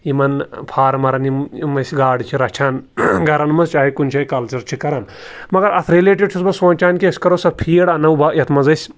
یِمَن فارمَرَن یِم یِم أسۍ گاڈٕ چھِ رَچھان گَرَن منٛز چاہے کُنہِ جٲے کَلچَر چھِ کَرَن مگر اَتھ رلیٹڈ چھُس بہٕ سونٛچان کہِ أسۍ کَرو سۄ فیٖڈ اَنو وا یَتھ منٛز أسۍ